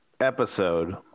episode